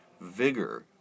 vigor